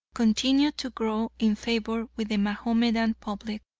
continued to grow in favour with the mahomedan public,